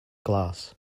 glass